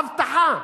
הבטחה